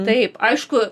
taip aišku